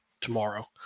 tomorrow